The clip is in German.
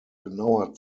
genauer